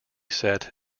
set